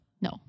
No